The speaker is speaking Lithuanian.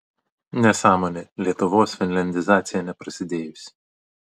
nesąmonė lietuvos finliandizacija neprasidėjusi